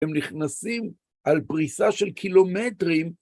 הם נכנסים על פריסה של קילומטרים.